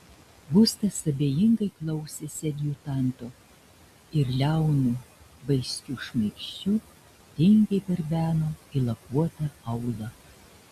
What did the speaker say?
gustas abejingai klausėsi adjutanto ir liaunu vaiskiu šmaikščiu tingiai barbeno į lakuotą aulą